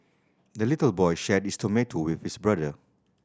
the little boy shared his tomato with his brother